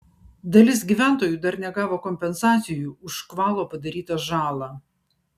dalis gyventojų dar negavo kompensacijų už škvalo padarytą žalą